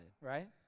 right